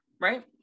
right